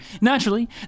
naturally